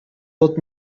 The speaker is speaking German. wird